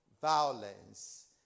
violence